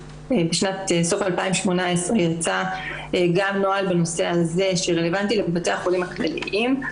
בסוף 2018 יצא גם נוהל בנושא הזה שרלוונטי לבתי החולים הכלליים.